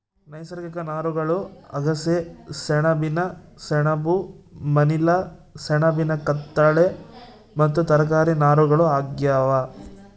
ನೈಸರ್ಗಿಕ ನಾರುಗಳು ಅಗಸೆ ಸೆಣಬಿನ ಸೆಣಬು ಮನಿಲಾ ಸೆಣಬಿನ ಕತ್ತಾಳೆ ಮತ್ತು ತರಕಾರಿ ನಾರುಗಳು ಆಗ್ಯಾವ